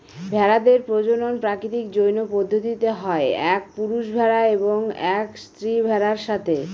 ভেড়াদের প্রজনন প্রাকৃতিক যৌন পদ্ধতিতে হয় এক পুরুষ ভেড়া এবং এক স্ত্রী ভেড়ার সাথে